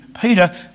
Peter